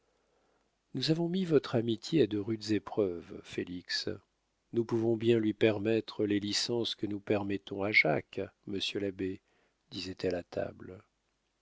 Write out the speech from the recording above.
nous avons mis votre amitié à de rudes épreuves félix nous pouvons bien lui permettre les licences que nous permettons à jacques monsieur l'abbé disait-elle à table